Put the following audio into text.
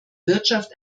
wirtschaft